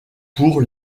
pour